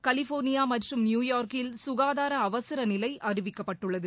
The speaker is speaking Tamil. கலிபோர்னியாமற்றும் நியூயார்க்கில் சுகாதாரஅவசரநிலைஅறிவிக்கப்பட்டுள்ளது